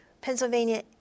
Pennsylvania